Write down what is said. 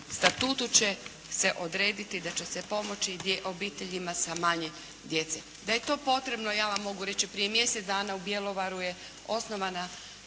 statutu će se odrediti da će se pomoći obiteljima sa manje djece. Da je to potrebno, ja vam mogu reći, prije mjesec dana u Bjelovaru je osnovana